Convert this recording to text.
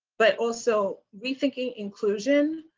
but also rethinking inclusion